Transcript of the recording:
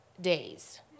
days